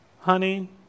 honey